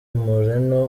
moreno